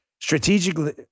Strategically